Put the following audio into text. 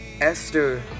Esther